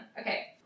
Okay